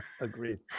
Agreed